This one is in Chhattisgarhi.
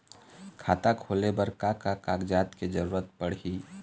खाता खोले बर का का कागजात के जरूरत पड़ही?